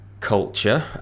Culture